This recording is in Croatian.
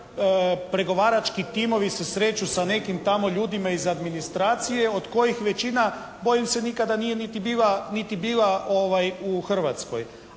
Pregovarački timovi se sreću s nekim tamo ljudima iz administracije od kojih većina bojim se nikada nije niti bila u Hrvatskoj.